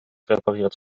repariert